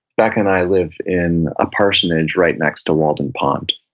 becca and i live in a parsonage right next to walden pond,